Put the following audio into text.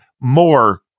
more